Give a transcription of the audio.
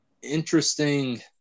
Interesting